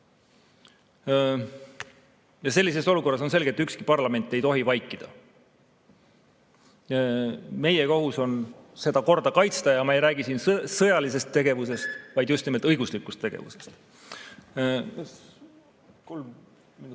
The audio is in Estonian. Sellises olukorras on selge, et ükski parlament ei tohi vaikida. Meie kohus on seda korda kaitsta. Ja ma ei räägi siin sõjalisest tegevusest, vaid just nimelt õiguslikust tegevusest. Kolm minutit.